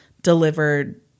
delivered